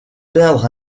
perdre